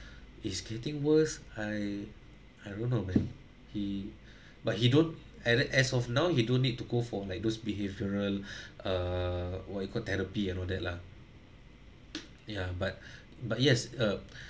is getting worse I I remember when he but he don't added as of now he don't need to go for like those behavioral err what you call therapy and all that lah ya but but yes uh